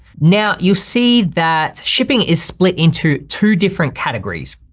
now, you see that shipping is split into two different categories.